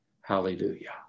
Hallelujah